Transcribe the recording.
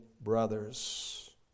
brothers